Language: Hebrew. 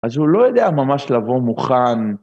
‫אז הוא לא יודע ממש לבוא מוכן.